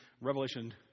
Revelation